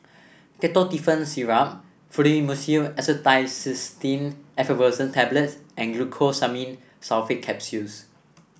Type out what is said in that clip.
Ketotifen Syrup Fluimucil Acetylcysteine Effervescent Tablets and Glucosamine Sulfate Capsules